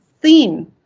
thin